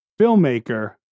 filmmaker